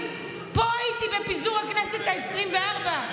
הייתי פה בפיזור הכנסת העשרים-וארבע,